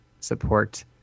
support